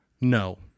No